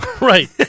Right